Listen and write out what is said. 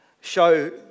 show